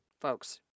Folks